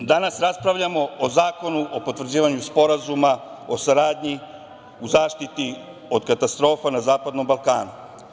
Danas raspravljamo o Zakonu o potvrđivanju Sporazuma o saradnji u zaštiti od katastrofa na Zapadnom Balkanu.